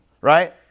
right